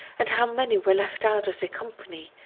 and how many were left out of their company,